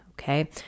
okay